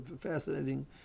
fascinating